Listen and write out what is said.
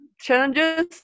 challenges